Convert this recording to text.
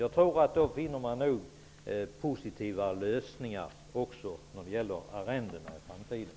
Då blir det lättare att finna positiva lösningar, också beträffande arrendena i framtiden.